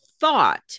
thought